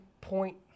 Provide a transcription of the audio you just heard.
point